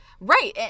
Right